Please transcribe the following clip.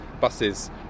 buses